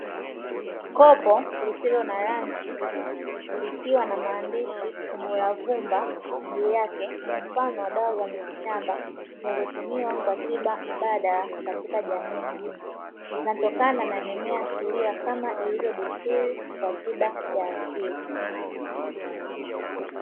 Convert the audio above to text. Kopo lisilo na rangi likiwa na maandishi "umuravumba" juu yake, ni mfano wa dawa za mitishamba zinazotumiwa kwa tiba mbadala katika jamii nyingi, zinatokana na mimea asilia kama ilivyo desturi kwa tiba ya asili.